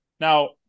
Now